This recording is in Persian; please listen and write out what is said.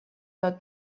داد